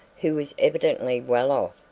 who was evidently well off,